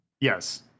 Yes